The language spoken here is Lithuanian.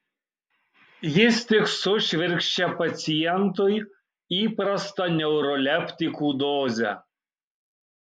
jis tik sušvirkščia pacientui įprastą neuroleptikų dozę